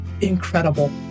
incredible